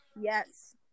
Yes